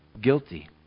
guilty